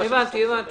המצב עוד יותר חמור.